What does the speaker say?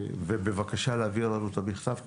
בבקשה להעביר לנו את המכתב.